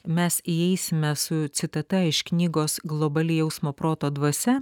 mes įeisime su citata iš knygos globali jausmo proto dvasia